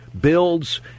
builds